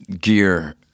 gear